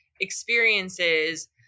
experiences